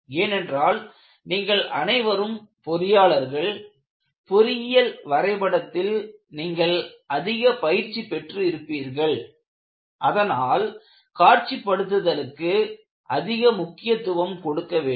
ஏனென்றால் நீங்கள் அனைவரும் பொறியாளர்கள் பொறியியல் வரைபடத்தில் நீங்கள் அதிக பயிற்சி பெற்று இருப்பீர்கள் அதனால் காட்சிப்படுத்துதலுக்கு அதிக முக்கியத்துவம் கொடுக்க வேண்டும்